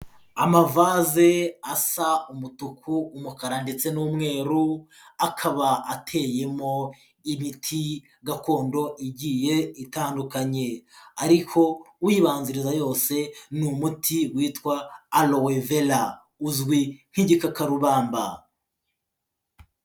Amavase asa umutuku, umukara ndetse n'umweru, akaba ateyemo ibiti gakondo igiye itandukanye ariko uyibangiriza yose ni umuti witwa arowevera uzwi nk'igikakarubamba.